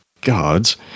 gods